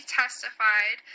testified